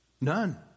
None